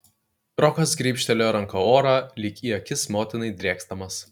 rokas grybštelėjo ranka orą lyg į akis motinai drėksdamas